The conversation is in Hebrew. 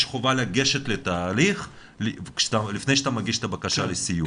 יש חובה לגשת לתהליך לפני שאתה מגיש את הבקשה לסיוע.